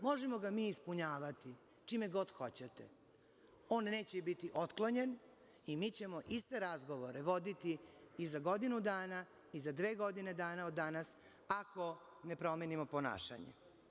Možemo ga mi ispunjavati čime god hoćete, on neće biti otklonjen, i mi ćemo iste razgovore voditi i za godinu dana i za dve godine dana od danas, ako ne promenimo ponašanje.